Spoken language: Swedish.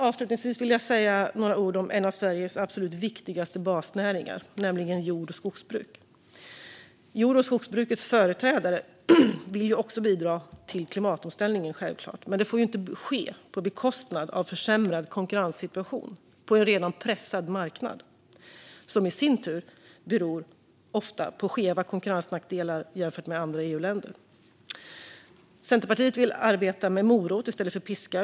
Avslutningsvis vill jag säga några ord om en av Sveriges absolut viktigaste basnäringar, nämligen jord och skogsbruk. Jord och skogsbrukets företrädare vill självfallet också bidra till klimatomställningen, men detta får inte ske på bekostnad av en försämrad konkurrenssituation på en redan pressad marknad, vilket i sin tur ofta beror på skeva konkurrensnackdelar jämfört med andra EU-länder. Centerpartiet vill arbeta med morot i stället för piska.